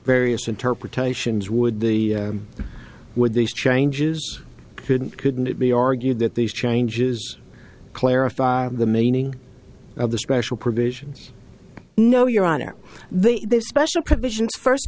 various interpretations would be would these changes couldn't couldn't it be argued that these changes clarify the meaning of the special provisions no your honor the special provisions first